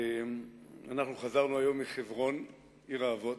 אנחנו חזרנו היום מחברון, עיר האבות.